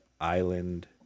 Island